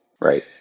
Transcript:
Right